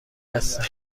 هستم